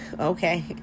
okay